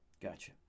gotcha